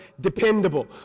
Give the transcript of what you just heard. dependable